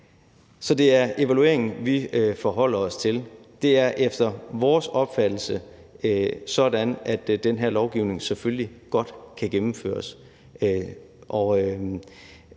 Så det er evalueringen, vi forholder os til. Det er efter vores opfattelse sådan, at den her lovgivning selvfølgelig godt kan gennemføres.